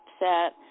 upset